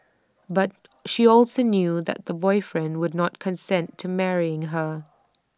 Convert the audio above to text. but she also knew that the boyfriend would not consent to marrying her